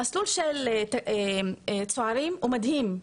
המסלול של צוערים הוא מדהים,